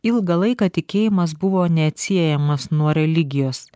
ilgą laiką tikėjimas buvo neatsiejamas nuo religijos